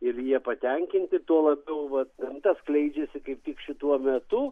ir jie patenkinti tuo labiau vat gamta skleidžiasi kaip tik šituo metu